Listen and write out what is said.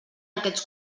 aquests